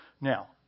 Now